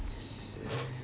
it's a